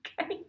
Okay